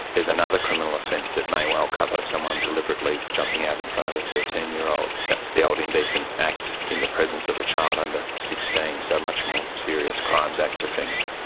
there's another criminal offence offence that may well cover someone deliberately jumping out in front of a thirteen year old, that's the old indecent act in the presence of a child under sixteen, so a much more serious crimes act offence.